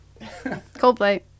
coldplay